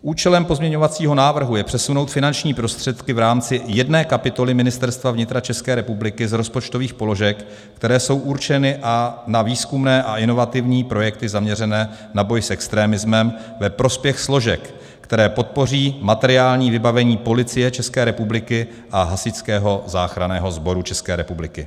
Účelem pozměňovacího návrhu je přesunout finanční prostředky v rámci jedné kapitoly Ministerstva vnitra České republiky z rozpočtových položek, které jsou určeny na výzkumné a inovativní projekty zaměřené na boj s extremismem, ve prospěch složek, které podpoří materiální vybavení Policie České republiky a Hasičského záchranného sboru České republiky.